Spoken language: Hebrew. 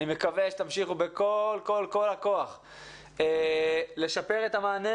אני מקווה שתמשיכו בכל הכוח לשפר את המענה